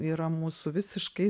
yra mūsų visiškai